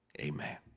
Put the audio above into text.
Amen